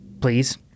Please